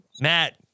Matt